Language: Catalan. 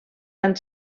van